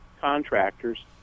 contractors